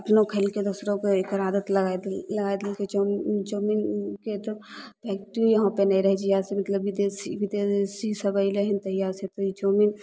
अपनो खेलकय दोसरोके एकर आदत लगाय लगाय देलकय चाउमीन चाउमीनके तऽ फैक्ट्री यहाँपर नहि रहय जहियासँ मतलब विदेशी विदेशी सब अएलय हन तहियासँ तऽ ई चाउमीन